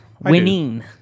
Winning